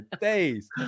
days